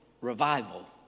revival